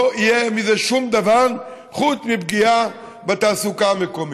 ולא יהיה מזה שום דבר חוץ מפגיעה בתעסוקה המקומית.